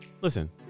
Listen